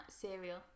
cereal